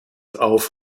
auf